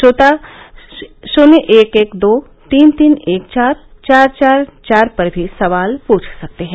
श्रोता शून्य एक एक दो तीन तीन एक चार चार चार पर भी सवाल पूछ सकते हैं